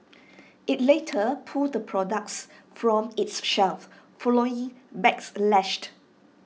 IT later pulled the products from its shelves following backlash